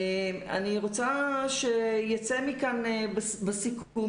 אני רוצה שייצא מכאן בסיכום,